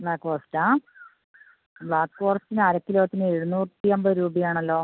black forest ആണോ black ഫോറസ്റ്റിന് അര കിലോയ്ക്ക് എഴുന്നൂറ്റി അൻപത് രൂപയാണല്ലോ